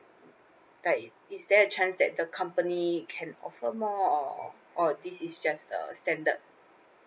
like is there a chance that the company can offer more or or this is just the standard